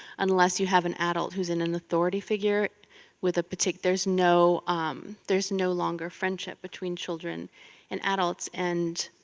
unless you have an adult who's in an authority figure with a partic. there's no um there's no longer friendship between children and adults and